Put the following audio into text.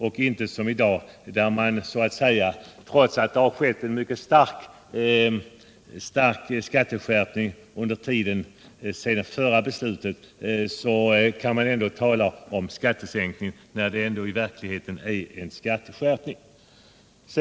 Med det system vi har i dag kan man ju, när det har skett en mycket stark skatteskärpning under tiden sedan förra beslutet, ändå tala om skattesänkning trots att det i verk ligheten är en skattehöjning.